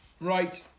Right